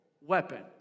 weapon